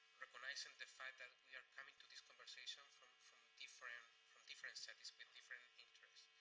recognizing the fact that we are coming to this conversation from from different different settings with different interests.